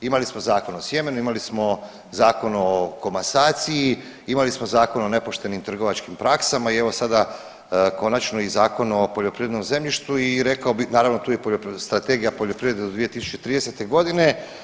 Imali smo Zakon o sjemenu, imali smo Zakon o komasaciji, imali smo Zakon o nepoštenim trgovačkim praksama i evo sada konačno i Zakon o poljoprivrednom zemljištu i rekao bi, naravno tu je i Strategija poljoprivrede do 2030.g.